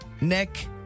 Nick